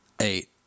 eight